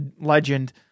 legend